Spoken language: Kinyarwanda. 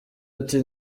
ati